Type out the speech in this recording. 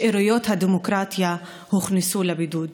שאריות הדמוקרטיה הוכנסו לבידוד.